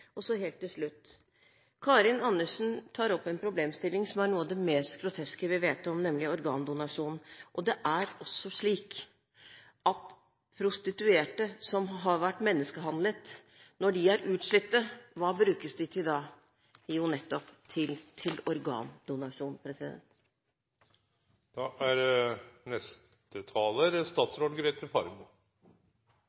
ektefelle. Så helt til slutt: Karin Andersen tar opp en problemstilling som er noe av det mest groteske vi vet om, nemlig organdonasjon. Det er også slik at prostituerte som har vært menneskehandlet, når de er utslitte, brukes til nettopp organdonasjon. Jeg er sikker på at de mange eksempler på menneskehandel som er nevnt i salen i dag,